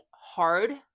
hard